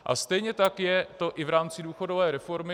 A stejně tak je to i v rámci důchodové reformy.